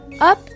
up